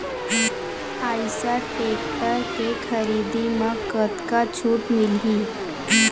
Eicher tractor के खरीदी म कतका छूट मिलही?